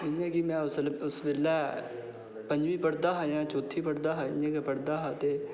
इ'यां की में उस बेल्लै पंञमी पढ़दा हा जां चौथी पढ़दा हा इं'या गै पंञमी पढ़दा हा ते